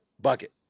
bucket